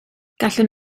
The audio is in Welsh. gallwn